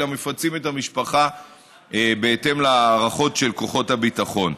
אלא מפצים את המשפחה בהתאם להערכות של כוחות הביטחון.